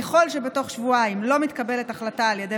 ככל שבתוך שבועיים לא מתקבלת החלטה על ידי